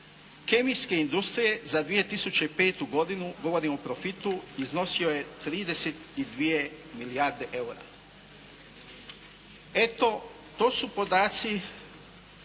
kemijske industrije za 2005. godinu, govorim o profitu iznosio je 32 milijarde eura. Eto to su podaci